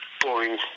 boring